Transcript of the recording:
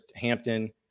Hampton